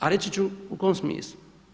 A reći ću u kom smislu.